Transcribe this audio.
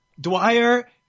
Dwyer